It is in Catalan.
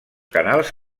canals